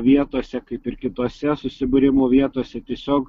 vietose kaip ir kitose susibūrimų vietose tiesiog